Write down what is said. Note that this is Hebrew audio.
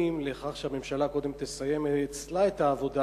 לכך שהממשלה קודם תסיים אצלה את העבודה,